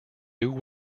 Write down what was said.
new